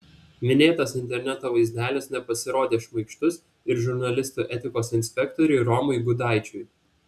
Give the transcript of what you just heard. minėtas interneto vaizdelis nepasirodė šmaikštus ir žurnalistų etikos inspektoriui romui gudaičiui